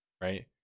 right